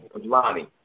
Lonnie